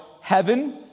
heaven